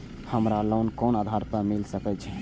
हमरा लोन कोन आधार पर मिल सके छे?